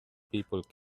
people